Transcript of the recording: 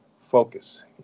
focus